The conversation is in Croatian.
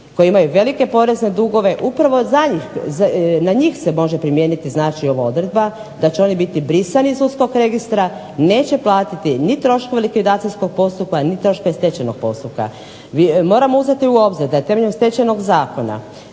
koji imaju velike porezne dugove upravo na njih se može primijeniti ova odredba da će oni biti brisani iz sudskog registra, neće platiti ni troškove likvidacijskog postupka ni troškove stečajnog postupka. Moram uzeti u obzir da je temeljem Stečajnog zakona